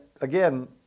again